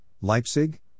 Leipzig